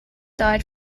died